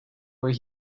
where